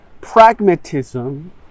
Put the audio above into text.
pragmatism